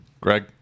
Greg